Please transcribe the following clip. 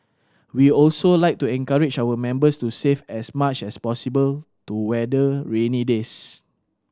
we also like to encourage our members to save as much as possible to weather rainy days